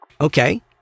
Okay